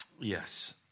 Yes